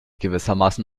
gewissermaßen